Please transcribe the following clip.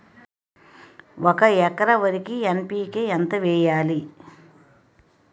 ఒక ఎకర వరికి ఎన్.పి.కే ఎంత వేయాలి?